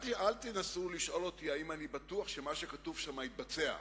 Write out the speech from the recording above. אל תנסו לשאול אותי אם אני בטוח שמה שכתוב שם יתבצע,